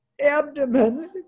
abdomen